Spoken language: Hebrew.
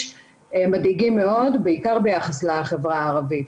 מדאיגים מאוד בעיקר ביחס לחברה הערבית.